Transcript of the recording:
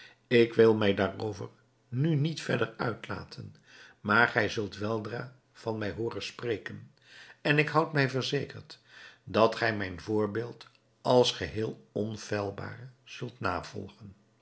ik wil mij daarover nu niet verder uitlaten maar gij zult weldra van mij hooren spreken en ik houd mij verzekerd dat gij mijn voorbeeld als geheel onfeilbaar zult navolgen